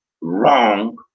wrong